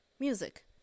Music